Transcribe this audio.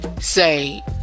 say